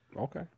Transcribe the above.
Okay